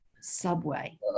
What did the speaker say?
subway